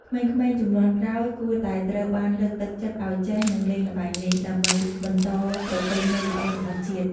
ក្មេងៗជំនាន់ក្រោយគួរតែត្រូវបានលើកទឹកចិត្តឱ្យចេះ និងលេងល្បែងនេះ ដើម្បីបន្តប្រពៃណីល្អរបស់ជាតិ។